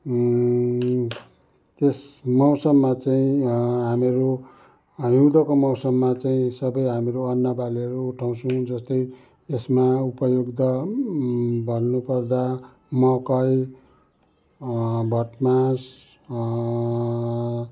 त्यस मौसममा चाहिँ हामीहरू हिउँदको मौसममा चाहिँ सबै हामीहरू अन्न बालीहरू उठाउँछौँ जस्तै यसमा उपयोग दा भन्नुपर्दा मकै भट्मास